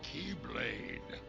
Keyblade